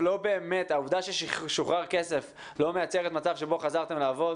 שהעובדה ששוחרר כסף לא מייצרת מצב שבו חזרתם לעבוד